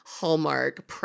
hallmark